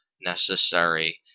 necessary